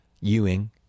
Ewing